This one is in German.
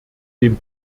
dem